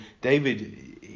David